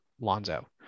Lonzo